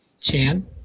Chan